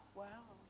wow.